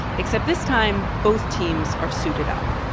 except this time, both teams are suited up